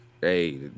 Hey